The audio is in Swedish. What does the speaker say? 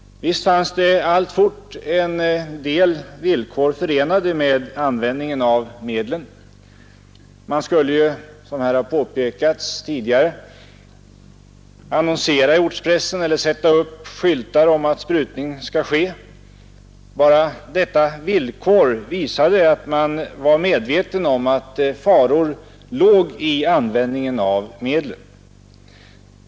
Visst var det alltfort en del villkor förenade med användningen av medlen. Man skulle ju, som här har påpekats tidigare, annonsera i ortspressen eller sätta upp skyltar om att besprutning skall ske. Bara detta villkor visade att man var medveten om att det verkligen var faror förenade med användningen av medlen.